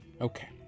Okay